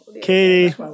Katie